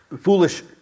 Foolish